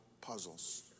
puzzles